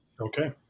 Okay